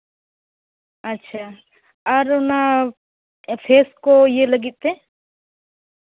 ᱟᱪᱪᱷᱟ ᱟᱨ ᱚᱱᱟ ᱯᱷᱮᱹᱥ ᱠᱚ ᱤᱭᱟᱹ ᱞᱟᱹᱜᱤᱫ ᱛᱮ